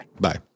Bye